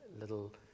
little